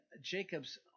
Jacob's